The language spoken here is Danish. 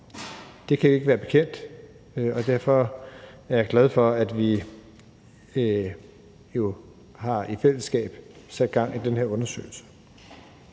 Det kan vi ikke være bekendt, og derfor er jeg glad for, at vi jo i fællesskab har sat gang i den her undersøgelse.